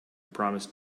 promised